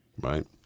Right